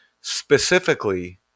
specifically